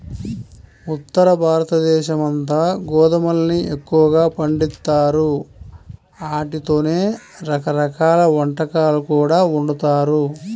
ఉత్తరభారతదేశమంతా గోధుమల్ని ఎక్కువగా పండిత్తారు, ఆటితోనే రకరకాల వంటకాలు కూడా వండుతారు